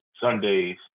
Sundays